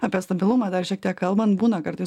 apie stabilumą dar šiek tiek kalbant būna kartais